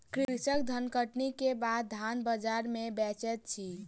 कृषक धानकटनी के बाद धान बजार में बेचैत अछि